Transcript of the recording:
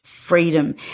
Freedom